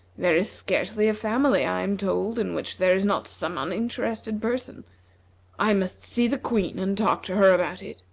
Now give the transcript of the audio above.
there is scarcely a family, i am told, in which there is not some uninterested person i must see the queen and talk to her about it,